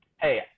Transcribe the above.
Hey